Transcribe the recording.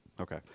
Okay